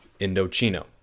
Indochino